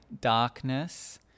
darkness